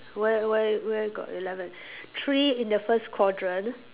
where where where got eleven three in the first quadrant